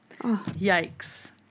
Yikes